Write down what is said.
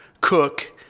Cook